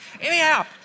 Anyhow